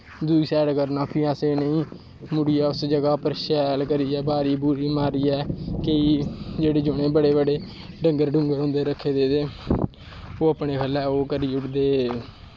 दूई सैड करना फिर अस इ'नें गी नोहालियै शैल करियै ब्हारी ब्हूरी मारियै केईं जेह्ड़े जि'नें बड़े बड़े डंगर डंगर होंदे रक्खे दे ते ओह् अपने ख'ल्लै ओह् करी ओड़दे